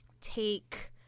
take